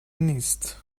نیست